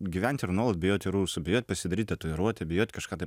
gyventi ir nuolat bijoti rusų bijot pasidaryt tatuiruotę bijot kažką tai